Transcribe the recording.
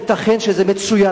ייתכן שזה מצוין,